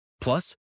Plus